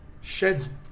sheds